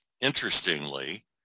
interestingly